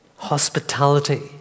Hospitality